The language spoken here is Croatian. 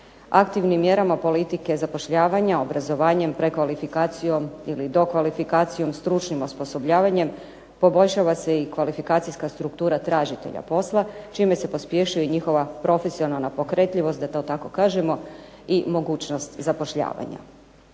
Aktivnim mjerama politike zapošljavanja, obrazovanjem, prekvalifikacijom ili dokvalifikacijom stručnim osposobljavanjem poboljšava se i kvalifikacijska struktura tražitelja posla, čime se pospješuje i njihova profesionalna pokretljivost, da to tako kažemo i mogućnost zapošljavanja.